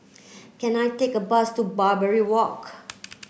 can I take a bus to Barbary Walk